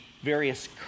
various